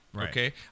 okay